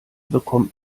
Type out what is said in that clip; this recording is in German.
bekommt